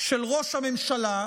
של ראש הממשלה,